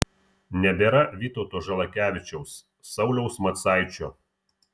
nebėra vytauto žalakevičiaus sauliaus macaičio